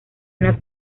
una